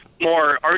more